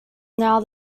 now